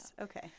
Okay